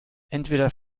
entweder